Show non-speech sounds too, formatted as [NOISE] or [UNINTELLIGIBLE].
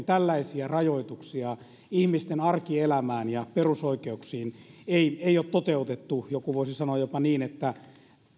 [UNINTELLIGIBLE] tällaisia rajoituksia ihmisten arkielämään ja perusoikeuksiin toteutettu joku voisi sanoa jopa niin että ei